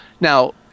Now